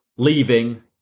leaving